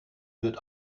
wird